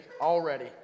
already